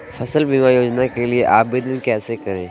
फसल बीमा योजना के लिए आवेदन कैसे करें?